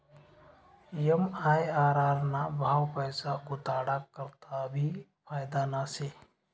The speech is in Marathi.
एम.आय.आर.आर ना भाव पैसा गुताडा करता भी फायदाना शे